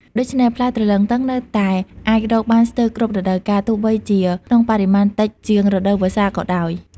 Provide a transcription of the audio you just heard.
ដូច្នេះ ផ្លែទ្រលឹងទឹងនៅតែអាចរកបានស្ទើរគ្រប់រដូវកាល ទោះបីជាក្នុងបរិមាណតិចជាងរដូវវស្សាក៏ដោយ។